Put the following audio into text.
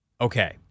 Okay